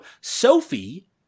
Sophie –